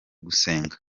gusenga